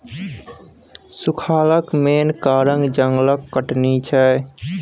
सुखारक मेन कारण जंगलक कटनी छै